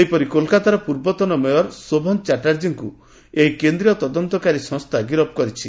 ସେହିପରି କୋଲକାତାର ପୂର୍ବତନ ମେୟର ଶୋଭନ ଚାଟାର୍ଜୀଙ୍କୁ ଏହି କେନ୍ଦ୍ରୀୟ ତଦନ୍ତକାରୀ ସଂସ୍ଥା ଗିରଫ କରିଛି